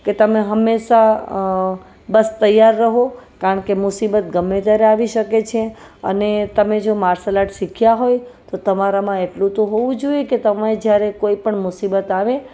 કે તમે હંમેશા બસ તૈયાર રહો કારણ કે મુસીબત ગમે ત્યારે આવી શકે છે અને તમે જો માર્શલ આર્ટ શીખ્યા હોય તો તમારામાં એટલું તો હોવું જોઈએ કે તમે જ્યારે કોઈ પણ મુસીબત આવે